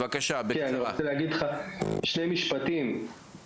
דיברו פה